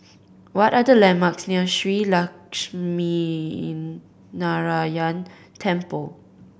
what are the landmarks near Shree Lakshminarayanan Temple